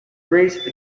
race